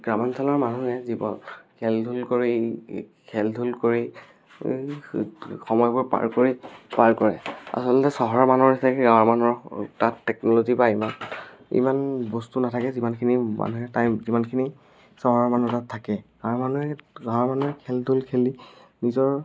গ্ৰামাঞ্চলৰ মানুহে জীৱ খেলা ধূলা কৰি খেলা ধূলা কৰি সময়বোৰ পাৰ কৰি পাৰ কৰে আচলতে চহৰৰ মানুহৰ নিচিনাকৈ গাঁৱৰ মানুহৰ তাত টেকন'লজি বা ইমান ইমান বস্তু নাথাকে যিমানখিনি মানুহে টাইম যিমানখিনি চহৰৰ মানুহৰ তাত থাকে গাঁৱৰ মানুহে গাৱঁৰ মানুহে খেলা ধূলা খেলি নিজৰ